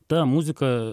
ta muzika